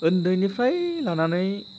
उन्दैनिफ्राय लानानै